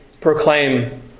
proclaim